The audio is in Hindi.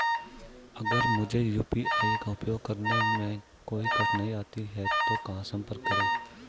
अगर मुझे यू.पी.आई का उपयोग करने में कोई कठिनाई आती है तो कहां संपर्क करें?